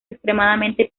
extremadamente